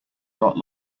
not